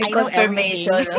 confirmation